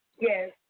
Yes